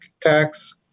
tax